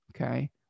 okay